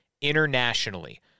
internationally